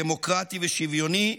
דמוקרטי ושוויוני,